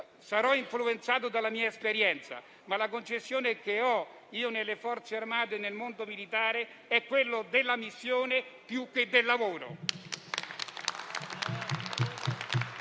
sarò influenzato dalla mia esperienza, ma la concezione che ho delle Forze armate e del mondo militare è quella di una missione più che di un lavoro.